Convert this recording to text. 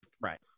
Right